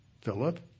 Philip